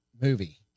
Movie